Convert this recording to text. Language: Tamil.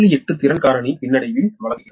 8 திறன் காரணி பின்னடைவில் வழங்குகிறது